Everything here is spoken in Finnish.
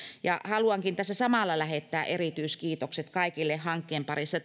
ja haluankin tässä samalla lähettää erityiskiitokset kaikille hankkeen parissa